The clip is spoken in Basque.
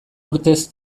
urtez